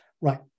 right